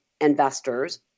investors